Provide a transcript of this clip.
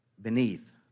Beneath